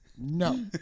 No